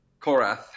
Korath